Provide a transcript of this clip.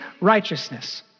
righteousness